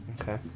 Okay